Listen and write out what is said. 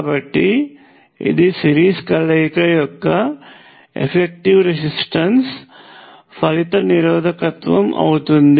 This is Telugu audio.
కాబట్టి ఇది సిరీస్ కలయిక యొక్క ఎఫెక్టివ్ రెసిస్టెన్స్ ఫలిత నిరోధకత్వం అవుతుంది